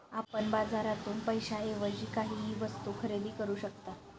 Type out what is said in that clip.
आपण बाजारातून पैशाएवजी काहीही वस्तु खरेदी करू शकता